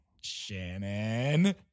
Shannon